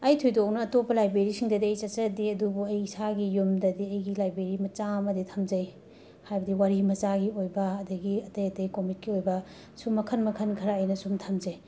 ꯑꯩ ꯊꯣꯏꯗꯣꯛꯅ ꯑꯇꯣꯞꯄ ꯂꯥꯏꯕ꯭ꯔꯦꯔꯤꯁꯤꯡꯗꯗꯤ ꯑꯩ ꯆꯠꯆꯗꯦ ꯑꯗꯨꯕꯨ ꯑꯩ ꯏꯁꯥꯒꯤ ꯌꯨꯝꯗꯗꯤ ꯑꯩꯒꯤ ꯂꯥꯏꯕ꯭ꯔꯦꯔꯤ ꯃꯆꯥ ꯑꯃꯗꯤ ꯊꯝꯖꯩ ꯍꯥꯏꯕꯗꯤ ꯋꯥꯔꯤ ꯃꯆꯥꯒꯤ ꯑꯣꯏꯕ ꯑꯗꯒꯤ ꯑꯇꯩ ꯑꯇꯩ ꯀꯣꯃꯤꯛꯀꯤ ꯑꯣꯏꯕ ꯁꯨꯝ ꯃꯈꯟ ꯃꯈꯟ ꯈꯔ ꯑꯩꯅ ꯁꯨꯝ ꯊꯝꯖꯩ